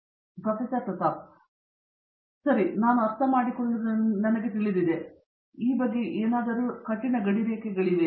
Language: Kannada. ಪ್ರತಾಪ್ ಹರಿಡೋಸ್ ಸರಿ ನಾನು ಅರ್ಥಮಾಡಿಕೊಳ್ಳುವುದು ನನಗೆ ತಿಳಿದಿದೆ ಎಂದು ನಿಮಗೆ ತಿಳಿದಿಲ್ಲವೆಂಬುದಕ್ಕೆ ಯಾವುದೇ ಕಠಿಣ ಗಡಿರೇಖೆಯಿಲ್ಲ